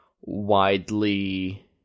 widely